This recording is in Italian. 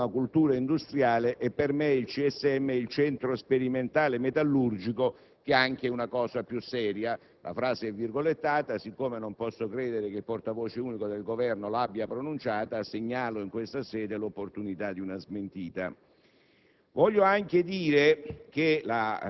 secondo la quale egli avrebbe detto: «Io ho una cultura industriale e per me il CSM è il Centro sperimentale metallurgico, che è anche una cosa più seria». La frase è virgolettata. Siccome non posso credere che il portavoce unico del Governo l'abbia pronunciata, segnalo in questa sede l'opportunità di una smentita.